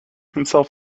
himself